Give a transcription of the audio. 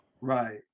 Right